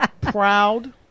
Proud